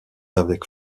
avec